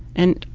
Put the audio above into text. and,